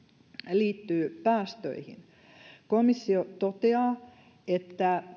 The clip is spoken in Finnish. liittyy päästöihin komissio toteaa että